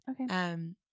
Okay